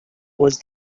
was